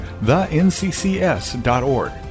TheNCCS.org